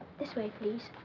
this way, please.